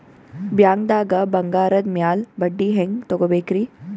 ಬ್ಯಾಂಕ್ದಾಗ ಬಂಗಾರದ್ ಮ್ಯಾಲ್ ಬಡ್ಡಿ ಹೆಂಗ್ ತಗೋಬೇಕ್ರಿ?